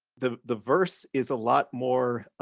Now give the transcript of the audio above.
the the verse is a lot more,